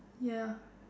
ya